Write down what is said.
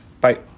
Bye